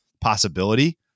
possibility